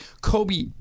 Kobe